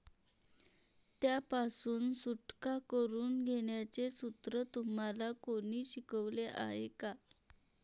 त्यापासून सुटका करून घेण्याचे सूत्र तुम्हाला कोणी शिकवले आहे का?